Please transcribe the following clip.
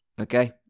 okay